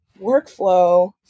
workflow